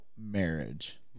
marriage